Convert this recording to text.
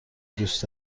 دوست